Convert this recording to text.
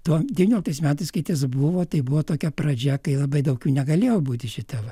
tom devynioliktais metais kaitas buvo tai buvo tokia pradžia kai labai daug jų negalėjo būti šita va